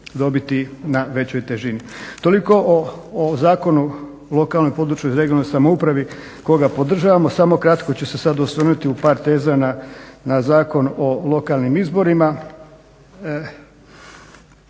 dobiti na većoj težini. Toliko o Zakonu o lokalnoj, područnoj (regionalnoj) samoupravi koga podržavamo. Samo kratko ću se sada osvrnuti u par teza na Zakon o lokalnim izborima.